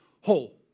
whole